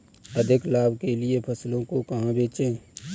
अधिक लाभ के लिए फसलों को कहाँ बेचें?